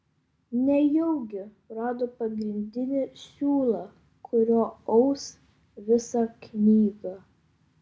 nejaugi rado pagrindinį siūlą kuriuo aus visą knygą